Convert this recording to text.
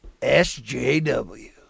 SJW